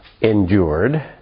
endured